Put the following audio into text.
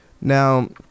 now